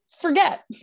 forget